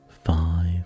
five